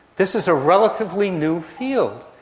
this is a relatively new field,